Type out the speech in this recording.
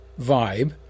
vibe